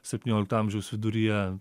septyniolikto amžiaus viduryje